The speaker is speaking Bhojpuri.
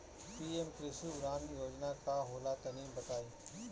पी.एम कृषि उड़ान योजना का होला तनि बताई?